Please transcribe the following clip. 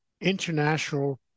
international